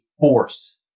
force